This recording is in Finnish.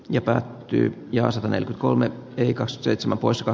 ja päät tyy ja sataneljä kolme pelicans seitsemän poissa